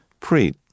Preet